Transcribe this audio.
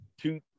two –